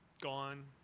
gone